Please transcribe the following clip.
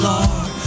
Lord